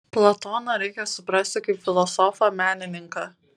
platoną reikia suprasti kaip filosofą menininką